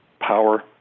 power